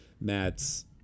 Matt's